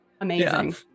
amazing